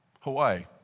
Hawaii